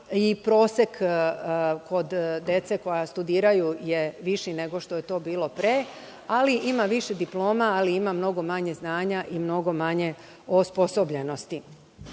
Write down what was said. i prosek kod dece koja studiraju je viši nego što je to bilo pre, ali ima više diploma, ali ima mnogo manje znanja i mnogo manje osposobljenosti. Ja